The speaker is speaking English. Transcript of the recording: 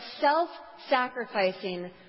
self-sacrificing